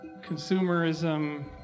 consumerism